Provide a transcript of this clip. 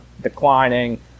declining